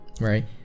right